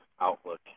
outlook